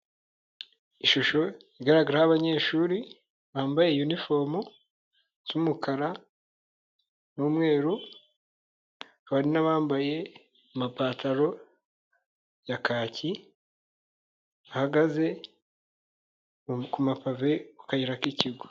Ishusho igaragaraho abanyeshuri bambaye y'uniformu isa umukara n'umweru, hakaba hari n'bambaye amapantaro ya kaki, bahagaze ku mapave ku kayira k'ikigo.